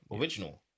original